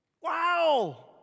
Wow